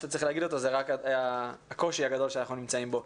שצריך להגיד אותו זה רק הקושי הגדול שאנחנו נמצאים בו.